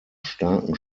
starken